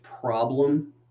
problem